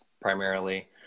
primarily